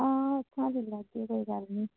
हां उत्थुआं लेईं लैगे कोई गल्ल निं